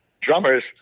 drummers